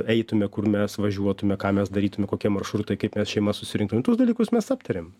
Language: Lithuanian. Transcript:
eitume kur mes važiuotume ką mes darytume kokie maršrutai kaip mes šeima susirinktumėm tuos dalykus mes aptarėm